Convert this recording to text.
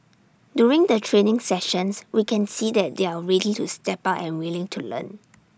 during the training sessions we can see that they're ready to step up and willing to learn